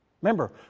Remember